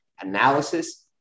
analysis